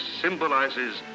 symbolizes